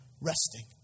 resting